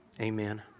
Amen